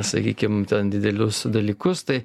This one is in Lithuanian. sakykim ten didelius dalykus tai